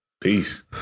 Peace